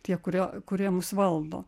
tie kurie kurie mus valdo